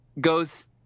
goes